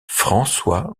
françois